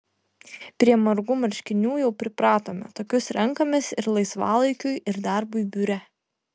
prie margų marškinių jau pripratome tokius renkamės ir laisvalaikiui ir darbui biure